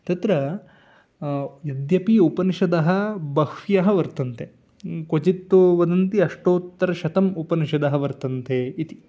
तत्र यद्यपि उपनिषदः बह्व्यः वर्तन्ते क्वचित्तु वदन्ति अष्टोत्तरशतम् उपनिषदः वर्तन्ते इति